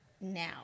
now